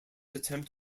attempt